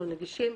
אנחנו נגישים,